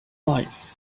life